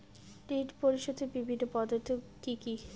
ঋণ পরিশোধের বিভিন্ন পদ্ধতি কি কি?